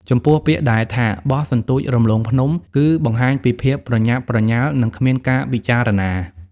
ចំពោះ ពាក្យដែលថា បោះសន្ទូចរំលងភ្នំ គឺបង្ហាញពីភាពប្រញាប់ប្រញាល់ និងគ្មានការពិចារណា។